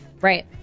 Right